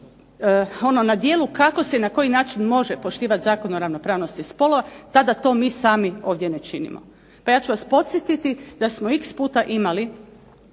na djelu kako se na koji način može poštivati Zakon o ravnopravnosti spolova tada to mi sami ovdje ne činimo. Ja ću vas podsjetiti da smo x puta imali